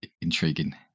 intriguing